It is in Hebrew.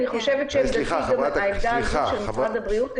היא העמדה של משרד הבריאות,